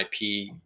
IP